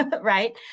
right